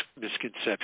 misconception